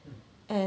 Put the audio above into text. um